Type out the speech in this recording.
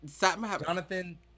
Jonathan